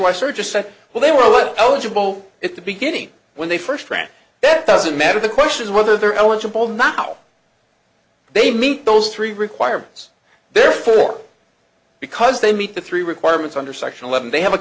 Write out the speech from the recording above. weiser just said well they were let eligible at the beginning when they first ran that doesn't matter the question is whether they're eligible not how they meet those three requirements therefore because they meet the three requirements under section eleven they have a